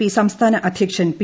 P സംസ്ഥാന അധ്യക്ഷൻ P